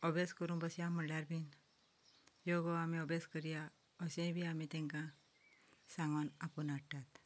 अभ्यास बसया म्हणल्यार बीन यो गो आमी अभ्यास करया अशेंय बी आमी तेंका सागोन आपोवन हाडटात